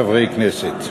חברי חברי הכנסת,